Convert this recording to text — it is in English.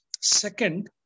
Second